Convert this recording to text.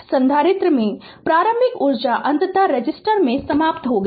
तो संधारित्र में संग्रहीत प्रारंभिक ऊर्जा अंततः रेसिस्टर में समाप्त हो गई